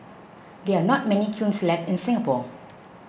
there are not many kilns left in Singapore